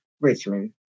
Richmond